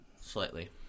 slightly